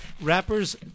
Rappers